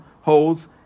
holds